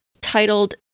Titled